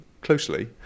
closely